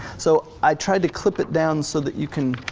so i tried to clip it down so that you can